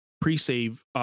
pre-save